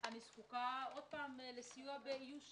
אני זקוקה לסיוע באיוש